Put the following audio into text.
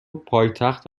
پایتخت